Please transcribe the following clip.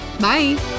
Bye